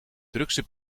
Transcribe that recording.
drukste